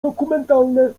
dokumentalne